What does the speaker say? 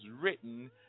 written